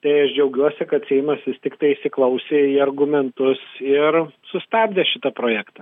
tai aš džiaugiuosi kad seimas vis tiktai įsiklausė į argumentus ir sustabdė šitą projektą